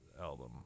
album